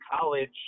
college